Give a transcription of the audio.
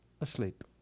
asleep